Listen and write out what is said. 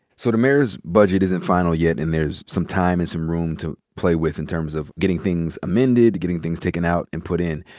sort of mayor's budget isn't final yet. and there's some time and some room to play with, in terms of getting things amended, getting things taken out and put in.